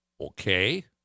Okay